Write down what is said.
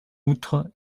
outre